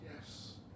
yes